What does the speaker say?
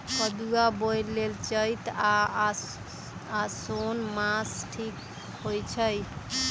कदुआ बोए लेल चइत आ साओन मास ठीक होई छइ